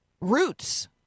roots